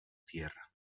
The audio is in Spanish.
tierra